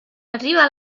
arriva